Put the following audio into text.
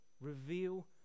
reveal